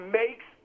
makes